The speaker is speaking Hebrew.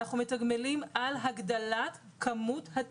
אנחנו מתגמלים על הגדלת כמות הטיפולים.